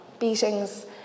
beatings